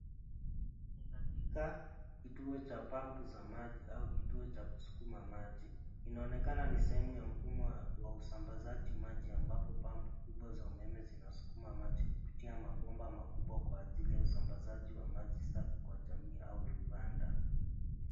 Ni katika kituo cha pampu za maji au kituo cha kuskuma maji, inaonekana ni sehemu ya mfumo wa usambazaji maji ambao pampu kubwa za umeme zinaskuma maji kupitia mabomba makubwa kwa ajili ya usambazaji wa safi kwa jamii au viwanda.